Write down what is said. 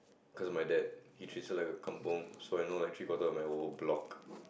cause of my dad he treats it like a kampung so I know like three quarter of my whole block